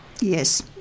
Yes